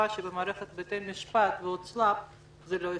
שבמערכת בתי המשפט והוצל"פ זה לא יסתדר.